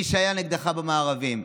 מי שהיה נגדך במארבים.